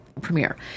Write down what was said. premiere